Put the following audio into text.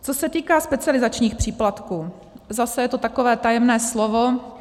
Co se týká specializačních příplatků, zase je to takové tajemné slovo.